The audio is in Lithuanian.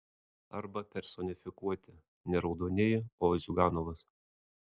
arba personifikuoti ne raudonieji o ziuganovas